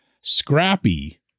Scrappy